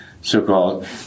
so-called